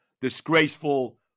disgraceful